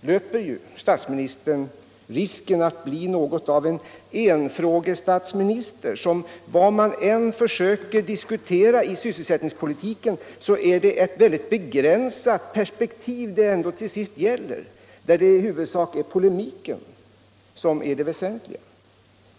löper statsministern risken att bli något av en ”enfrågestatsminister” som på vad man än försöker diskutera inom sysselsättningspolitiken anlägger ett mycket begränsat perspektiv, där polemiken är det väsentliga.